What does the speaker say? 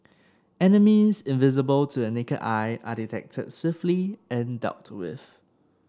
enemies invisible to the naked eye are detected swiftly and dealt with